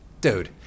dude